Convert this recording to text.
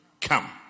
come